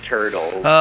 Turtles